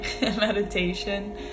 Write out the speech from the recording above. meditation